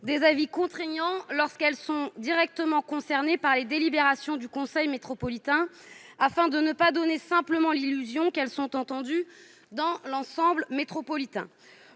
des avis contraignants lorsqu'elles sont directement concernées par des délibérations du conseil métropolitain, afin de ne pas donner simplement l'illusion qu'elles sont entendues dans la métropole.